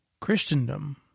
Christendom